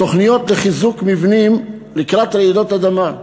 התוכניות לחיזוק מבנים לקראת רעידות אדמה,